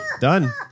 Done